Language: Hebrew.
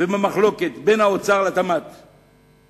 ומחלוקת בין האוצר למשרד התעשייה, המסחר והתעסוקה.